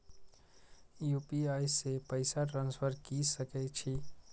UPI से पैसा transfer की सके छी?